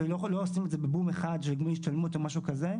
ולא עושים את זה בבום אחד של גמול השתלמות או משהו כזה.